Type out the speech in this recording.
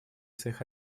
своих